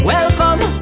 Welcome